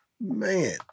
Man